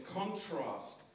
contrast